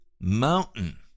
mountain